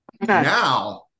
Now